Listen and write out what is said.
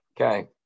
Okay